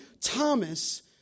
Thomas